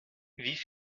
wie